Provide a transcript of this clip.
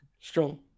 Strong